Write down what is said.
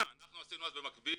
אנחנו עשינו במקביל,